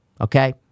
okay